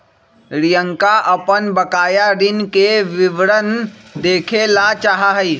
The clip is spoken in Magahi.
रियंका अपन बकाया ऋण के विवरण देखे ला चाहा हई